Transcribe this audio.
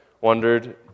wondered